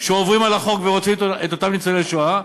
שעוברים על החוק ורודפים את אותם ניצולי שואה.